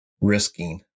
risking